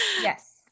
Yes